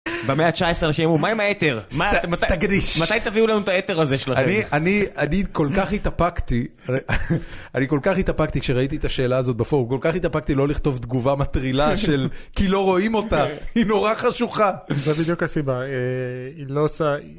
במאה ה-19 אנשים אמרו מה עם האתר? מתי תביאו לנו את האתר הזה שלכם? אני כל כך התאפקתי אני כל כך התאפקתי כשראיתי את השאלה הזאת בפורק כל כך התאפקתי לא לכתוב תגובה מטרילה של כי לא רואים אותה היא נורא חשוכה זה בדיוק הסיבה היא לא עושה